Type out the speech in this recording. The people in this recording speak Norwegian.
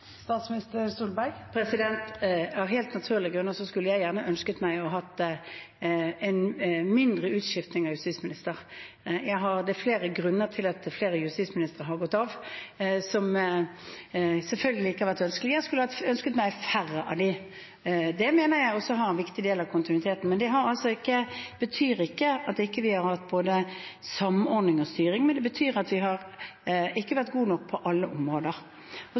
Av helt naturlige grunner skulle jeg gjerne ønsket meg å ha hatt mindre utskifting av justisministre. Det er flere grunner til at flere justisministre har gått av, som selvfølgelig ikke har vært ønskelig. Jeg skulle ønsket meg færre av dem. Det mener jeg også er en viktig del av kontinuiteten. Det betyr ikke at vi ikke har hatt både samordning og styring, men det betyr at vi ikke har vært gode nok på alle områder.